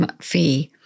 fee